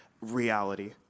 reality